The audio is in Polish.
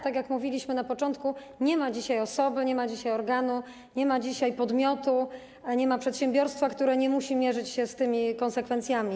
Tak jak mówiliśmy na początku, nie ma dzisiaj osoby, nie ma dzisiaj organu, nie ma dzisiaj podmiotu, nie ma przedsiębiorstwa, które nie muszą mierzyć się z tymi konsekwencjami.